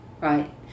Right